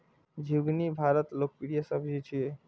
झिंगुनी भारतक लोकप्रिय सब्जी छियै